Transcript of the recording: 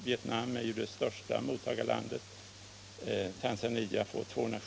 Vietnam är ju vårt största mottagarland — sedan följer Tanzania.